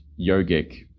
yogic